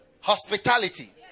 Hospitality